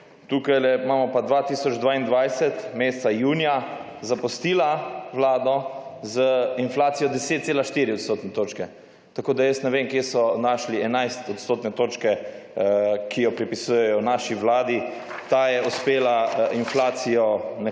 tukajle imamo pa 2022, meseca junija, zapustila vlado z inflacijo 10,4 odstotne točke, tako da jaz ne vem kje so našli 11 odstotne točke, ki jo pripisujejo naši vladi. Ta je uspela inflacijo nekako